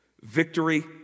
victory